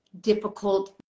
difficult